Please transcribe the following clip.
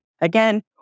Again